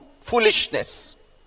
Foolishness